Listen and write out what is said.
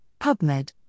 PubMed